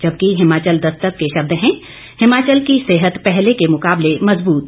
जबकि हिमाचल दस्तक के शब्द हैं हिमाचल की सेहत पहले के मुकाबले मजबूत